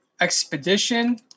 Expedition